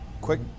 Quick